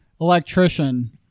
electrician